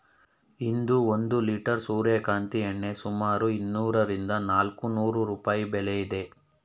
ಇಂದು ಒಂದು ಲಿಟರ್ ಸೂರ್ಯಕಾಂತಿ ಎಣ್ಣೆ ಸುಮಾರು ಇನ್ನೂರರಿಂದ ನಾಲ್ಕುನೂರು ರೂಪಾಯಿ ಬೆಲೆ ಇದೆ